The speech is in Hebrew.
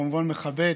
אני כמובן מכבד,